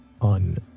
on